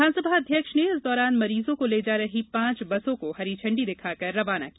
विधानसभा अध्यक्ष ने इस दौरान मरीजों को ले जा रही पांच बसों को हरी झंडी दिखाकर रवाना किया